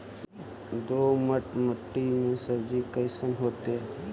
दोमट मट्टी में सब्जी कैसन होतै?